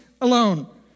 alone